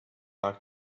like